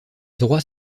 droits